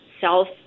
self